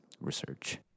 research